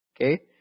Okay